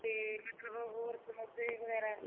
ਅਤੇ ਮਤਲਬ ਹੋਰ ਸਮੋਸੇ ਵਗੈਰਾ